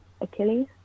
Achilles